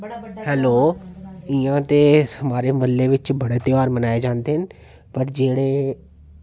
hello इ'यां ते हमारे म्हल्ले बिच्च बड़े ध्यार मनाए जंदे न पर जेह्ड़े